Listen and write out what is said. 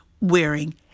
wearing